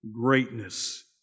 greatness